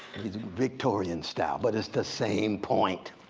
he's victorian style, but it's the same point.